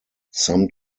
some